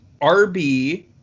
RB